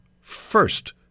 first